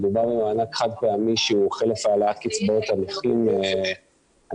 מדובר במענק חד פעמי שחלף העלאת קצבאות הנכים אנחנו